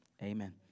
Amen